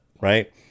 right